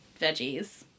veggies